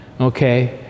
okay